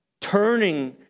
turning